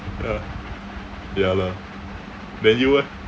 ya ya lah then you eh